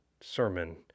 sermon